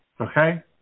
okay